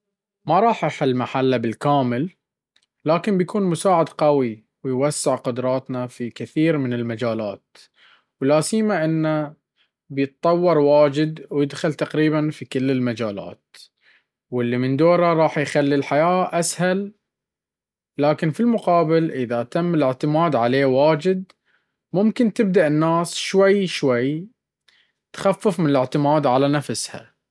ما راح يحل محله بالكامل، لكنه بيكون مساعد قوي ويوسع قدراتنا في كثير من المجالات ولاسيما انه بيتطور واجد ويدخل تقريبا في كل المجالات واللي من دوره راح يخلي الحياة أسهل لاكت في المقابل اذا تم الاعتماد عليه واجد ممكن تبدأ الناس شوي شوي تخفف من الاعتماد على نفسها.